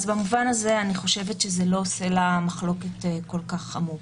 במובן הזה אני חושבת שזה לא סלע מחלוקת כל כך חמור.